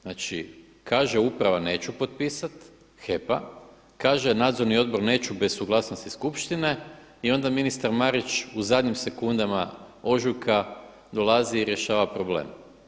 Znači kada uprava neću potpisat HEP-a, kaže nadzorni odbor neću bez suglasnosti skupštine i onda ministar Marić u zadnjim sekundama ožujka dolazi i rješava problem.